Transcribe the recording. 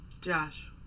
Josh